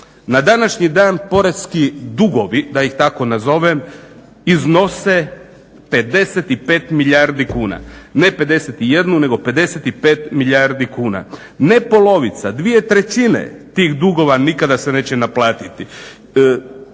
Na današnji dan porezni dugovi, da ih tako nazovem, iznose 55 milijardi kuna. Ne 51 nego 55 milijardi kuna. Ne polovica, dvije trećine tih dugova nikada se neće naplatiti.